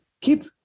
keep